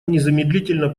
незамедлительно